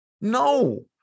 No